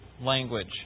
language